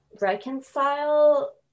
reconcile